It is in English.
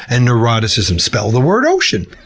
and neuroticism spell the word ocean.